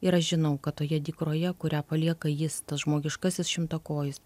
ir aš žinau kad toje dykroje kurią palieka jis tas žmogiškasis šimtakojis